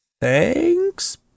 thanks